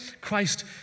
Christ